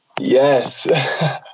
Yes